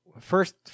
First